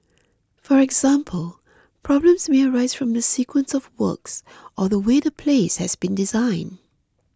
for example problems may arise from the sequence of works or the way the place has been designed